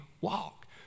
walk